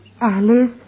Alice